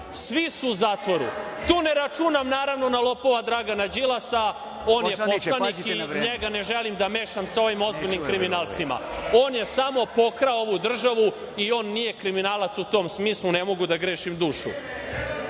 Svi su u zatvoru. Tu ne računam, naravno, na lopova Dragana Đilasa, on je poslanik i njega ne želim da mešam sa ovim ozbiljnim kriminalcima. On je samo pokrao ovu državu i on nije kriminalac u tom smislu, ne mogu da grešim dušu. Na